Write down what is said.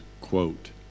quote